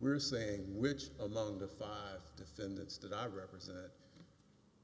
we're saying which among the five defendants that i represent